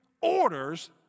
orders